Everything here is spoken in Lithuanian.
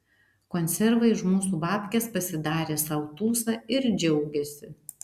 konservai už mūsų babkes pasidarė sau tūsą ir džiaugiasi